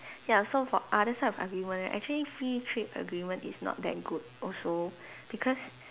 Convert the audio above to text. ya so for other side of argument right actually free trade agreement is not that good also because